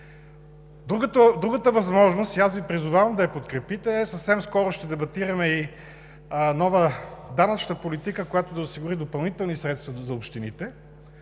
Другата възможност – аз Ви призовавам да я подкрепите. Съвсем скоро ще дебатираме и нова данъчна политика, която да осигури допълнителни средства за общините